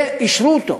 ואישרו אותו.